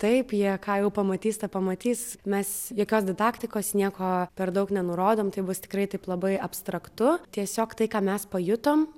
taip jie ką jau pamatys tą pamatys mes jokios didaktikos nieko per daug nenurodom tai bus tikrai taip labai abstraktu tiesiog tai ką mes pajutom